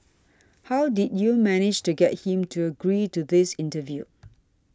how did you manage to get him to agree to this interview